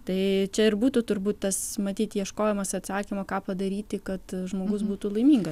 tai čia ir būtų turbūt tas matyt ieškojimas atsakymo ką padaryti kad žmogus būtų laiminga